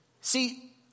See